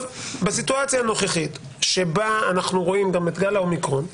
בסיטואציה הנוכחית שבה אנחנו רואים את גל האומיקרון,